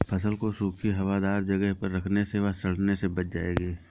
फसल को सूखी, हवादार जगह पर रखने से वह सड़ने से बच जाएगी